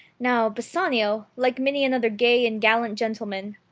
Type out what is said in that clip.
now bassanio, like many another gay and gallant gentleman,